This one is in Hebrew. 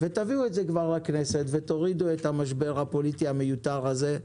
וכבר תביאו את זה לכנסת ותורידו את המשבר הפוליטי המיותר הזה.